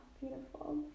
beautiful